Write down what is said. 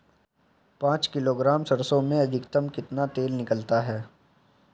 पाँच किलोग्राम सरसों में अधिकतम कितना तेल निकलता है?